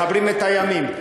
מחברים את הימים.